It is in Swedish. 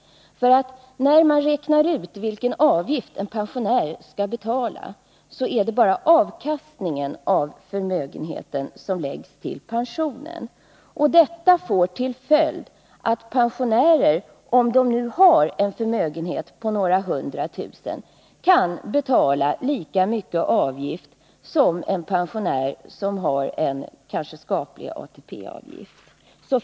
När man räknar ut vilken avgift en pensionär skall betala är det nämligen bara avkastningen av förmögenheten som läggs till pensionen. Detta får till följd att en pensionär som har en förmögenhet på några hundra tusen kan betala lika mycket i avgift som en pensionär som har en skaplig ATP.